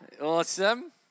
Awesome